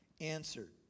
answered